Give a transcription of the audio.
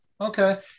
okay